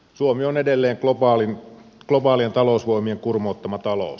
suomi on edelleen globaalien talousvoimien kurmoottama talous